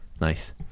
nice